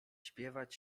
śpiewać